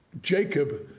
Jacob